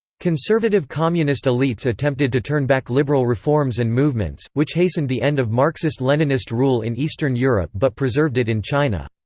conservative communist elites attempted to turn back liberal reforms and movements, which hastened the end of marxist-leninist rule in eastern europe but preserved it in china.